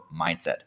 mindset